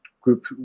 group